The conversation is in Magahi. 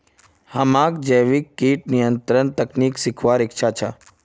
हमाक जैविक कीट नियंत्रण तकनीक सीखवार इच्छा छ